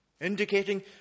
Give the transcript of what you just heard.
Indicating